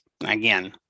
Again